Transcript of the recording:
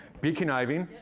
be conniving.